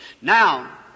Now